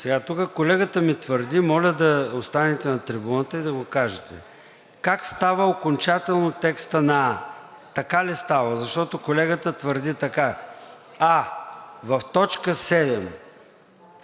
Тук колегата ми твърди – моля да останете на трибуната и да кажете как става окончателно текстът на „а“. Така ли става? Защото колегата твърди така: „а) в т. 7